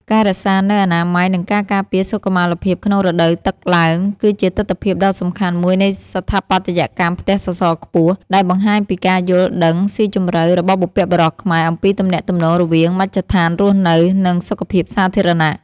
ការរក្សានូវអនាម័យ និងការការពារសុខុមាលភាពក្នុងរដូវទឹកឡើង គឺជាទិដ្ឋភាពដ៏សំខាន់មួយនៃស្ថាបត្យកម្មផ្ទះសសរខ្ពស់ ដែលបង្ហាញពីការយល់ដឹងស៊ីជម្រៅរបស់បុព្វបុរសខ្មែរអំពីទំនាក់ទំនងរវាងមជ្ឈដ្ឋានរស់នៅ និងសុខភាពសាធារណៈ។